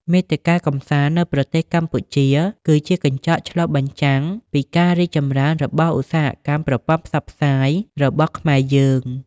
មាតិកាកម្សាន្តនៅប្រទេសកម្ពុជាគឺជាកញ្ចក់ឆ្លុះបញ្ចាំងពីការរីកចម្រើនរបស់ឧស្សាហកម្មប្រព័ន្ធផ្សព្វផ្សាយរបស់ខ្មែរយើង។